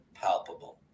palpable